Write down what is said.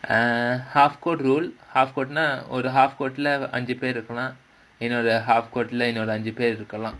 a half court rule half court னா:naa half court lah அஞ்சு பேர் இருக்கலாம்:anju per irukkalaam half court line இன்னொரு அஞ்சு பேர் இருக்கலாம்:innoru anju per irukkalaam